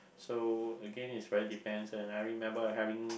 so again it's really depends and I remember having